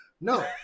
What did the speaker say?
No